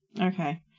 Okay